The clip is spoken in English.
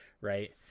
right